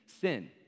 sin